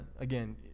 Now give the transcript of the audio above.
again